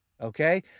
Okay